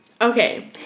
okay